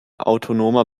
autonomer